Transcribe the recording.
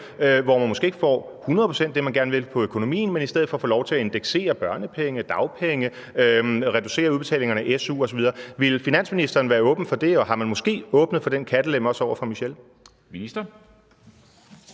hvor man måske ikke hundrede procent får det, man gerne vil have på økonomien, men hvor man i stedet for får lov til at indeksere børnepenge, dagpenge, reducere udbetalingerne af su osv. Ville finansministeren være åben for det? Og har man også åbnet for den kattelem over for Michel?